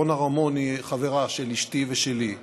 רונה רמון היא חברה של אשתי ושלי.